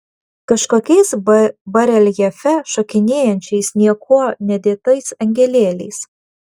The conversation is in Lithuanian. kažkokiais bareljefe šokinėjančiais niekuo nedėtais angelėliais